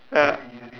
ya